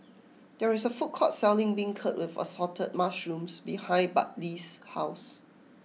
there is a food court selling Beancurd with Assorted Mushrooms behind Bartley's house